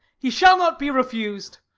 he shall not be refused.